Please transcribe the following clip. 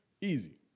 Easy